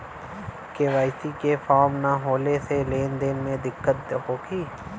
KYC के form न होले से लेन देन में दिक्कत होखी?